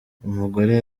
umugore